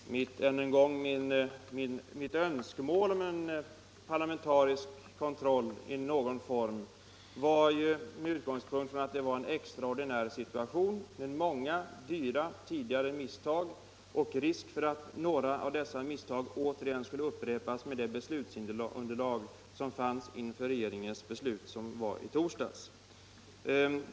Herr talman! Än en gång: Mitt önskemål om en parlamentarisk kontroll i någon form framställdes med utgångspunkt i att det rådde en extraordinär situation; i bakgrunden fanns många dyra tidigare misstag, och det fanns risk för att några av dessa misstag skulle upprepas med hänsyn till det beslutsunderlag som fanns inför regeringens beslut i torsdags.